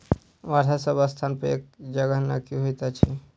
वर्षा सभ स्थानपर एक जकाँ नहि होइत अछि